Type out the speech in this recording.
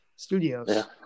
studios